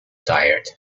tired